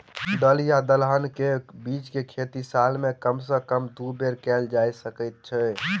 दल या दलहन केँ के बीज केँ खेती साल मे कम सँ कम दु बेर कैल जाय सकैत अछि?